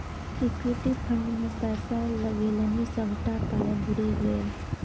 equity fund मे पैसा लगेलनि सभटा पाय बुरि गेल